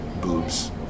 boobs